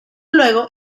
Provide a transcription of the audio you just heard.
luego